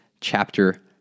chapter